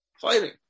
fighting